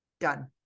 Done